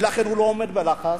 הוא לא עומד בלחץ,